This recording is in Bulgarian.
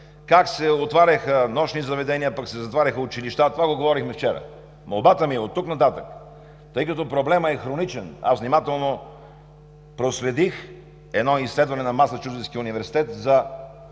как се отваряха нощни заведения, пък се затваряха училища – това го говорихме вчера. Молбата ми е: оттук нататък, тъй като проблемът е хроничен, аз внимателно проследих едно изследване на